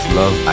love